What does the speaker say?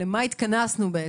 למה התכנסנו?